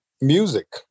music